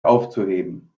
aufzuheben